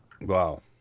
Wow